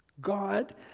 God